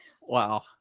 Wow